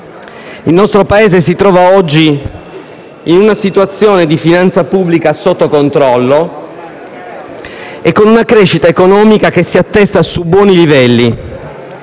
Il nostro Paese si trova oggi in una situazione di finanza pubblica sotto controllo e con una crescita economica che si attesta su buoni livelli.